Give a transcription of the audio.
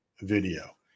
video